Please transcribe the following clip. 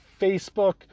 Facebook